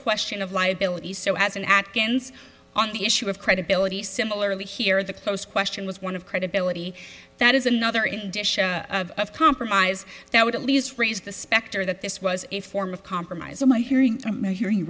question of liability so as an atkins on the issue of credibility similarly here the question was one of credibility that is another compromise that would at least raise the specter that this was a form of compromise in my hearing hearing